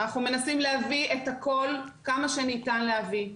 אנחנו מנסים להביא את הכל כמה שניתן להביא.